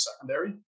secondary